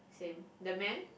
same the man